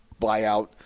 buyout